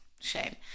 shame